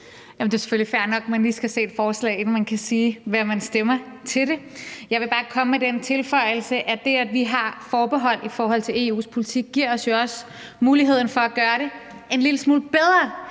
Det er selvfølgelig fair nok, at man lige skal se et forslag, inden man kan sige, hvad man stemmer til det. Jeg vil bare komme med den tilføjelse, at det, at vi har forbehold i forhold til EU's politik, jo også giver os muligheden for at gøre det en lille smule bedre